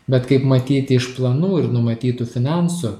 bet kaip matyti iš planų ir numatytų finansų